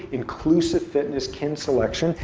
inclusive fitness kin selection.